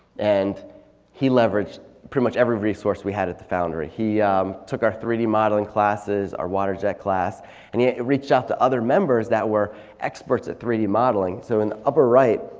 and he leveraged pretty much every resource we had at the foundry. he took our three d modeling classes, our water jet class and he yeah reached out to other members that were experts at three d modeling. so in the upper right,